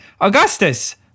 Augustus